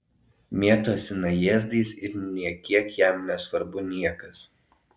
mėtosi najėzdais ir nė kiek jam nesvarbu niekas